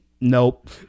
nope